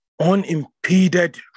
unimpeded